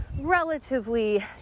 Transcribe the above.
relatively